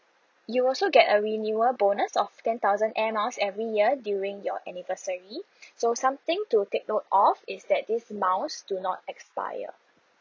you also get a renewal bonus of ten thousand air miles every year during your anniversary so something to take note of is that this miles do not expire